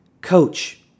coach